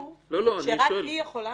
רק היא יכולה